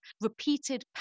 repeated